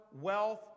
wealth